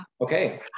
okay